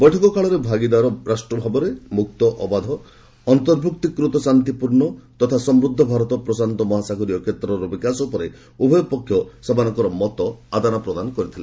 ବୈଠକ କାଳରେ ଭାଗିଦାର ରାଷ୍ଟ୍ରଭାବରେ ମୁକ୍ତ ଅବାଧ ଅନ୍ତର୍ଭୁକ୍ତିକୃତ ଶାନ୍ତିପୂର୍ଣ୍ଣ ତଥା ସମୃଦ୍ଧ ଭାରତ ପ୍ରଶାନ୍ତ ମହାସାଗରୀୟ କ୍ଷେତ୍ରର ବିକାଶ ଉପରେ ଉଭୟପକ୍ଷ ସେମାନଙ୍କର ମତ ଆଦାନ ପ୍ରଦାନ କରିଥିଲେ